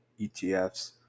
ETFs